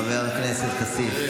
חבר הכנסת כסיף,